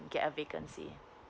get a vacancy